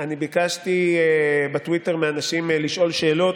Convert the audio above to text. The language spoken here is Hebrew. אני ביקשתי בטוויטר מאנשים לשאול שאלות,